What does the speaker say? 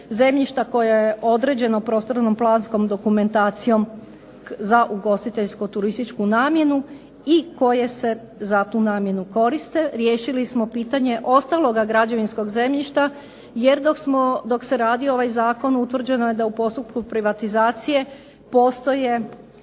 koje je određeno prostornom planskom dokumentacijom za ugostiteljsko-turističku namjenu i koje se za tu namjenu koriste. Riješili smo pitanje ostaloga građevinskog zemljišta jer dok se radio ovaj zakon utvrđeno je da u postupku privatizacije postoje